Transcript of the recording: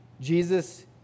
Jesus